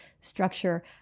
structure